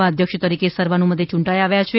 ના નવા અધ્યક્ષ તરીકે સર્વાનુમતે ચૂંટાઈ આવ્યા છે